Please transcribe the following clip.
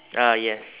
ah yes